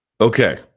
Okay